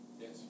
Yes